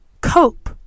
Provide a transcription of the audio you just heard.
cope